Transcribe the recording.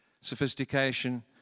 sophistication